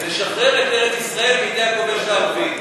לשחרר את ארץ-ישראל מידי הכובש הערבי.